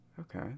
Okay